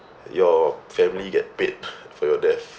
your family get paid for your death